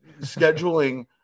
scheduling